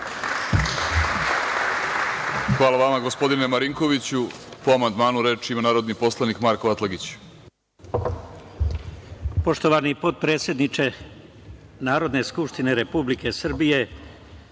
Hvala vama gospodine Marinkoviću. Po amandmanu reč ima narodni poslanik Marko Atlagić. **Marko Atlagić** Poštovani potpredsedniče Narodne skupštine Republike Srbije,